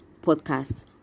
Podcast